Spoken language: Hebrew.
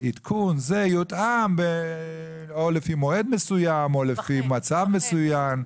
שעדכון זה יותאם או לפי מועד מסוים או לפי מצב מסוים.